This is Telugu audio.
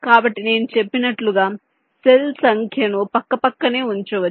కాబట్టి నేను చెప్పినట్లుగా కణాల సంఖ్యను పక్కపక్కనే ఉంచవచ్చు